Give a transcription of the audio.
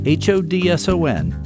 hodson